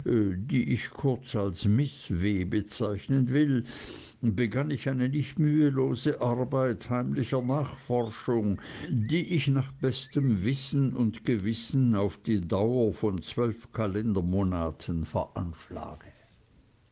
die ich kurz als miß w bezeichnen will begann ich eine nicht mühelose arbeit heimlicher nachforschung die ich nach bestem wissen und gewissen auf die dauer von zwölf kalendermonaten veranschlage